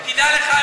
שתדע לך,